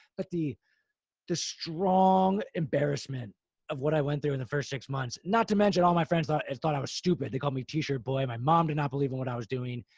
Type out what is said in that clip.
but the the strong embarrassment of what i went through in the first six months, not to mention all my friends thought thought i was stupid. they called me a t-shirt boy. my mom did not believe in what i was doing.